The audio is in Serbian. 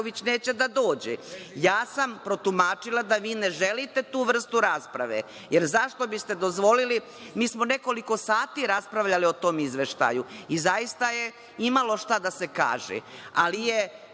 neće da dođe. Ja sam protumačila da vi ne želite tu vrstu rasprave, jer zašto biste dozvolili, mi smo nekoliko sati raspravljali o tom izveštaju i zaista je imalo šta da se kaže, ali je